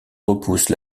repoussent